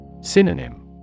Synonym